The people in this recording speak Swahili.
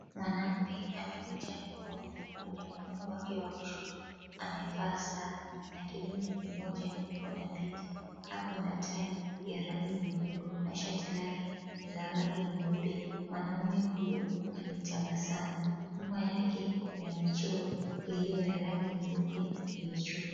Mwanaume amekunja mikono kwenye mkono wake wa kushoto amevaa saa na kidole kimoja kiko na pete, ako na tai ya rangi nyekundu na shati lake ni la rangi ya nyeupe. Mwanaume huyo ametabasamu nyuma yake kuna michoro iliyo ya rangi nyeupe imechorwa.